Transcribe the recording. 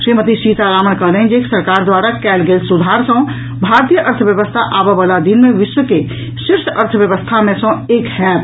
श्रीमती सीतारामन कहलनि जे सरकर द्वारा कयल गेल सुधार सॅ भारतीय अर्थव्यवस्था आबय वला दिन मे विश्व के शीर्ष अर्थव्यवस्था मे सॅ एक होयत